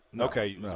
Okay